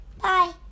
Bye